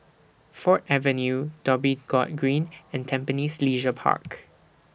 Ford Avenue Dhoby Ghaut Green and Tampines Leisure Park